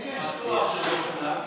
בטוח שזה לא כולם.